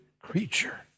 creature